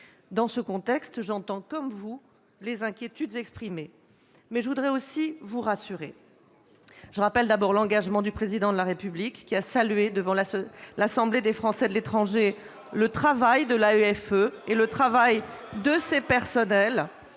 Dans ce contexte, j'entends comme vous les inquiétudes exprimées, mais je voudrais vous rassurer. Je rappelle d'abord l'engagement du Président de la République, qui a salué devant l'Assemblée des Français de l'étranger le travail de l'AEFE et de ses personnels.